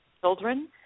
children